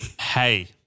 Hey